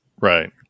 Right